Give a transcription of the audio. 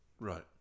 Right